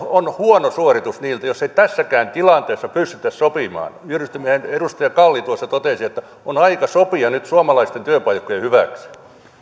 on huono suoritus jos ei tässäkään tilanteessa pystytä sopimaan juuri kuten edustaja kalli tuossa totesi on aika sopia nyt suomalaisten työpaikkojen hyväksi